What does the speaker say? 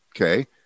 okay